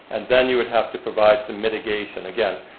and then you would have to provide some mitigation, again,